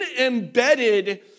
embedded